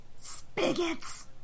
Spigots